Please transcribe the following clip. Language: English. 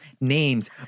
Names